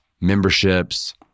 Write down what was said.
memberships